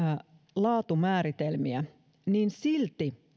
laatumääritelmiä silti